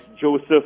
Joseph